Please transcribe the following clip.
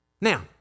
Now